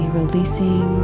releasing